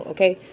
Okay